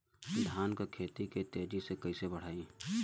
धान क खेती के तेजी से कइसे बढ़ाई?